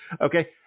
Okay